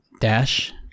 dash